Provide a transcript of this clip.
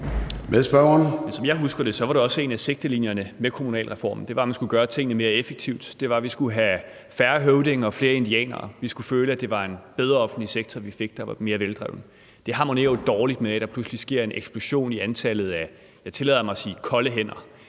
Som jeg husker det, var det også en af sigtelinjerne med kommunalreformen, at man skulle gøre tingene mere effektivt. Det var, at vi skulle have færre høvdinge og flere indianere. Vi skulle føle, at det var en bedre offentlig sektor, vi fik, der var mere veldrevet. Det harmonerer jo dårligt med, at der pludselig sker en eksplosion i antallet af, jeg tillader mig til at sige kolde hænder,